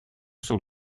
sous